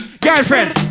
Girlfriend